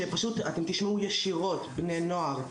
שפשוט אתם תשמעו ישירות בני נוער,